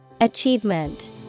Achievement